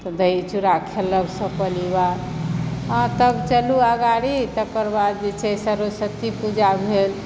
तऽ दही चूड़ा खेलक सभ परिवार अहाँ तब चलु अगारी तकर बाद जे छै सरस्वती पूजा भेल